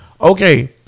okay